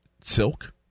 Silk